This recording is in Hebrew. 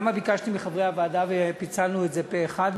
למה ביקשתי מחברי הוועדה ופיצלנו את זה פה-אחד?